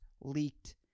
leaked